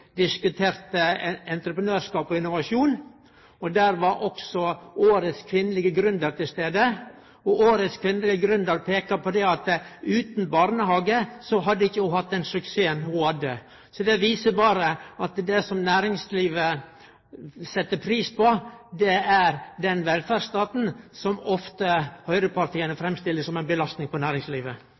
diskuterte entreprenørskap og innovasjon. Der var også årets kvinnelege gründer. Ho peikte på at utan barnehage hadde ho ikkje hatt den suksessen ho hadde. Det viser berre at det næringslivet set pris på, er den velferdsstaten som høgrepartia ofte framstiller som ei belastning for næringslivet.